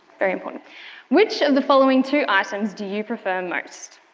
very important which of the following two items do you prefer most,